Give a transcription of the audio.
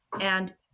And-